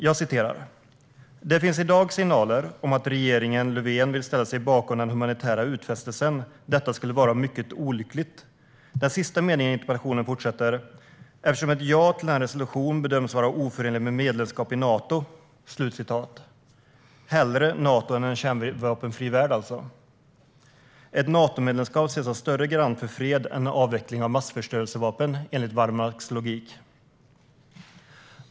Jag citerar: "Det finns i dag signaler om att regeringen Löfven vill ställa sig bakom den humanitära utfästelsen. Detta skulle vara mycket olyckligt eftersom ett ja till den resolutionen bedöms vara oförenligt med ett medlemskap i Nato." Hellre Nato än en kärnvapenfri värld, alltså. Ett Natomedlemskap ses som större garant för fred än avveckling av massförstörelsevapen, enligt Wallmarks logik.